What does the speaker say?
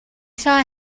saw